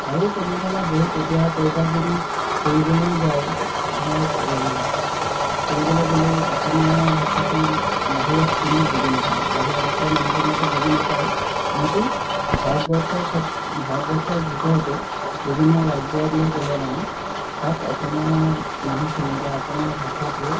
আৰু তেনেধৰণৰ বহুত এতিয়া ক'ৰবাত যদি ফুৰিবলৈয়ো যায় ধৰক ফুৰিবলৈ গ'লেও অসমীয়া ভাষাটো বাহিৰত কোনেও বুজি নাপায় বাহিৰা দেশৰ মানুহখিনিয়েটো বুজি নাপায়ে আনকি ভাৰতবৰ্ষৰ ভাৰতবৰ্ষৰ ভিতৰতেই বিভিন্ন ৰাজ্যলৈ গ'লে মানে তাত অসমীয়া মানুহখিনি বা অসমীয়া ভাষাটোৰ